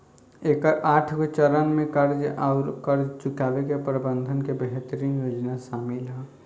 एकर आठगो चरन में कर्ज आउर कर्ज चुकाए के प्रबंधन के बेहतरीन योजना सामिल ह